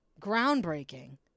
groundbreaking